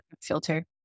filter